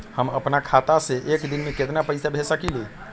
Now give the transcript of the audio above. हम अपना खाता से एक दिन में केतना पैसा भेज सकेली?